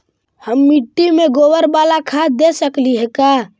हम मिट्टी में गोबर बाला खाद दे सकली हे का?